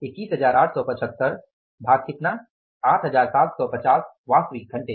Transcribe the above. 21875 भाग कितना 8750 वास्तविक घंटे